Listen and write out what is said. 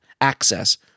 access